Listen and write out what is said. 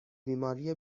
بیماری